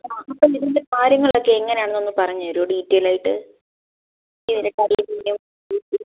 ആ അപ്പം ഇതിൻ്റെ കാര്യങ്ങളൊക്കെ എങ്ങനെയാണെന്ന് ഒന്ന് പറഞ്ഞ് തരുവോ ഡീറ്റെയിലായിട്ട് ഇവരെ കളിയിൽ ഏജ്